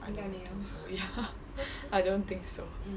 I don't think so ya I don't think so